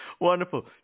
Wonderful